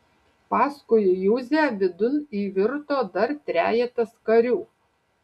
paskui juzę vidun įvirto dar trejetas karių